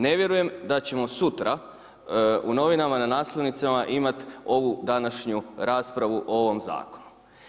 Ne vjerujem da ćemo sutra u novinama na naslovnicama imati ovu današnju raspravu o ovom zakonu.